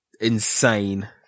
insane